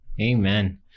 Amen